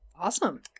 Awesome